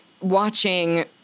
watching